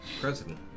President